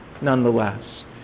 nonetheless